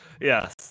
Yes